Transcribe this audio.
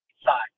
inside